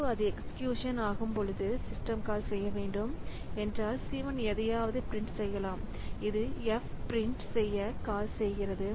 C2 அது எக்சீக்யூசன்ஆகும்பொழுது system call செய்ய வேண்டும் என்றால் C1 எதையாவது பிரிண்ட் செய்யலாம் இது F பிரிண்ட் செய்ய கால் செய்கிறது